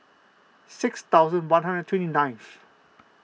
six thousand one hundred and twenty ninth